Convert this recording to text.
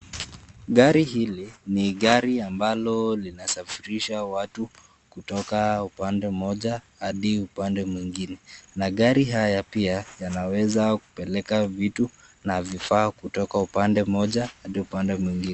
Gari hili, ni gari ambalo lina safirisha watu kutoka upande mmoja, hadi upande mwingine, magari haya pia, yanaweza kupeleka vitu na vifaa kutoka upande mmoja hadi upande mwingine.